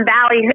Valley